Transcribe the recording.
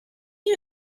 you